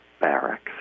barracks